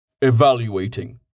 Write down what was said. Evaluating